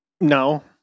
No